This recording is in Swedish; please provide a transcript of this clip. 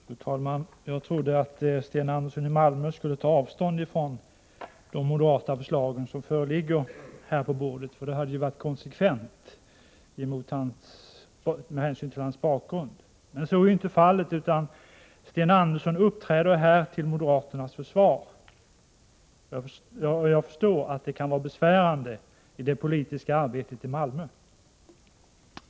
Fru talman! Jag trodde att Sten Andersson i Malmö skulle ta avstånd från de moderata förslag som här föreligger, för det hade ju varit konsekvent med hänsyn till hans bakgrund. Men så blev inte fallet, utan Sten Andersson uppträder här till moderaternas försvar. Jag förstår att det kan vara besvärande i det politiska arbetet i Malmö.